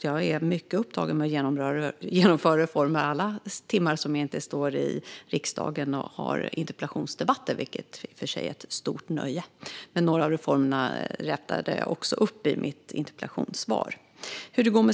Jag är mycket upptagen med att genomföra reformer alla timmar som jag inte står i riksdagen och har interpellationsdebatter, vilket i och för sig är ett stort nöje. Några av reformerna räknade jag också upp i mitt interpellationssvar.